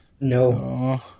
No